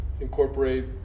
incorporate